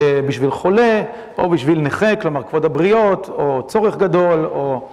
בשביל חולה, או בשביל נכה, כלומר כבוד הבריות או צורך גדול, או...